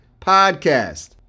Podcast